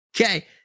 Okay